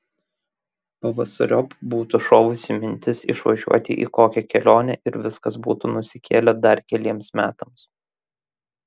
pavasariop būtų šovusi mintis išvažiuoti į kokią kelionę ir viskas būtų nusikėlę dar keliems metams